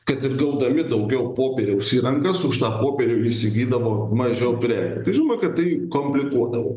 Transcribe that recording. kad ir gaudami daugiau popieriaus į rankas už tą poperių įsigydavo mažiau prekių tai žinoma kad tai komplikuodavo